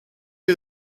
you